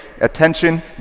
Attention